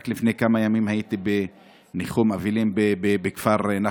רק לפני כמה ימים הייתי בניחום אבלים בכפר נחף.